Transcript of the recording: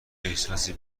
احساسی